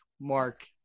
Mark